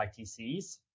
ITCs